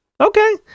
okay